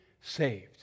saved